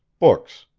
books,